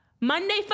monday